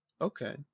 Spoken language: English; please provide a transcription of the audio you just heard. okay